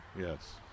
Yes